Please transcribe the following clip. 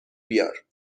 بیار